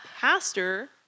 pastor